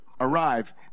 arrive